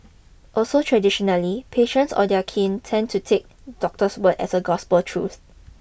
also traditionally patients or their kin tended to take doctor's word as gospel truth